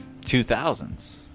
2000s